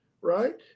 right